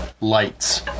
Lights